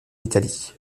italie